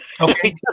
Okay